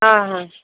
ହଁ ହଁ